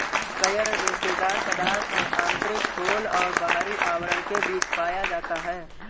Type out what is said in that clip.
coir रेशेदार पदार्थ है आंतरिक खोल और बाहरी आवरण के बीच पाया जाता है